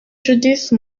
judith